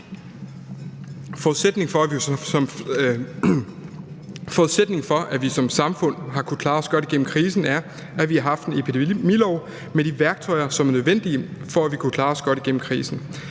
Forudsætningen for, at vi som samfund har kunnet klare os godt igennem krisen, er, at vi har haft en epidemilov med de værktøjer, som er nødvendige for, at vi har kunnet klare os godt igennem krisen